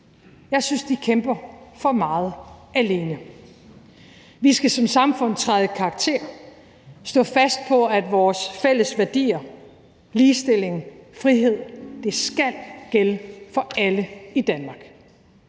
Jeg synes, de kæmper for meget alene. Vi skal som samfund træde i karakter og stå fast på, at vores fælles værdier ligestilling og frihed skal gælde for alle i Danmark.